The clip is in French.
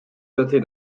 dotés